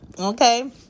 okay